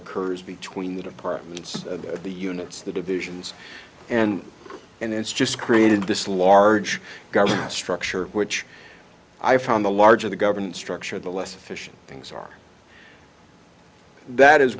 occurs between the departments of the units the divisions and and it's just created this large government structure which i found the larger the government structure the less efficient things are that is